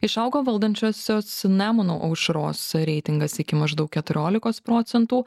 išaugo valdančiosios nemuno aušros reitingas iki maždaug keturiolikos procentų